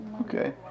okay